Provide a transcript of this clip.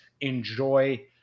enjoy